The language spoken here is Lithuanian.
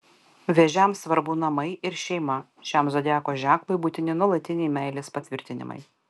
vėžiams svarbu namai ir šeima šiam zodiako ženklui būtini nuolatiniai meilės patvirtinimai